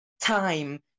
time